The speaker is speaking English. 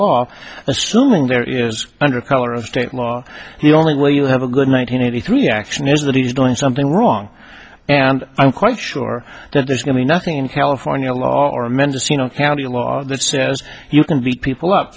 law assuming there is under color of state law the only way you have a good one hundred eighty three action is that he's doing something wrong and i'm quite sure that there's going to be nothing in california law or a mendocino county law that says you can beat people up